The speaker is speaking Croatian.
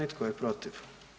I tko je protiv?